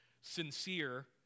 sincere